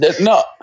No